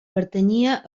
pertanyia